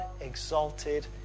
exalted